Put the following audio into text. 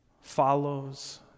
follows